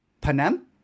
Panem